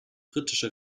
britische